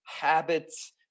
habits